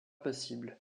possible